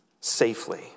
safely